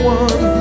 one